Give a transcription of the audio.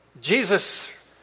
Jesus